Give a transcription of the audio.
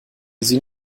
sie